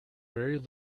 very